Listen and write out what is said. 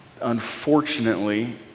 unfortunately